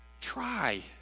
try